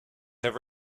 have